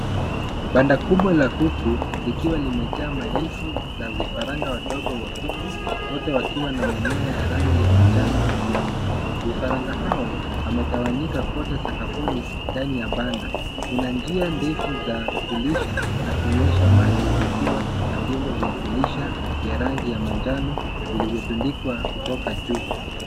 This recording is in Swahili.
Banda kubwa la kuku likiwa limejaa maelfu za vifaranga wadogo wakuku. Wote wakiwa na manyoya ya rangi ya manjano hafifu. Vifaranga hao wametawanyika kote sakafuni ndani ya banda. Kuna njia ndefu za kulisha na kunywesha maji zikiwa na vyombo vya kulisha vya rangi ya manjano vilivyotundikwa kutoka juu.